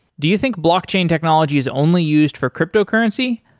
do you think blockchain technology is only used for cryptocurrency?